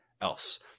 else